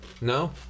No